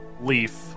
leaf